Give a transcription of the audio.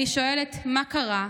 אני שואלת: מה קרה?